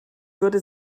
würde